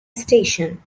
station